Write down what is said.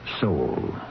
Soul